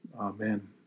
Amen